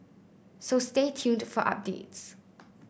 so stay tuned for updates